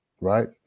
right